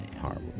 horrible